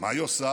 מה היא עושה?